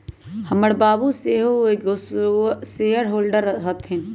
हमर बाबू सेहो एगो शेयर होल्डर हतन